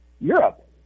Europe